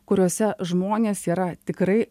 kuriose žmonės yra tikrai